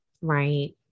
Right